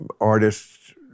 artists